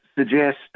Suggest